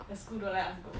the school don't let us